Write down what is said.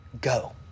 go